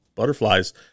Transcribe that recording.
butterflies